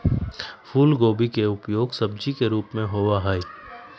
फूलगोभी के उपयोग सब्जी के रूप में होबा हई